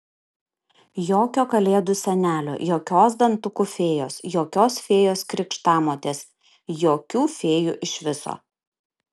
jokio kalėdų senelio jokios dantukų fėjos jokios fėjos krikštamotės jokių fėjų iš viso